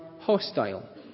hostile